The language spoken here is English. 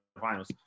finals